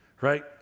right